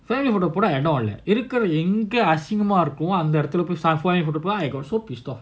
family photo போட்டாஎன்னஆய்டும்இருக்கஎங்கஅசிங்கமாஇருக்கோஅங்கபோய்:photda enna aaidum irukka enga achingkama irukko anga pooi I got so pissed off